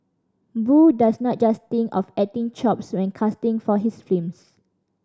boo does not just think of acting chops when casting for his films